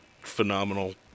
Phenomenal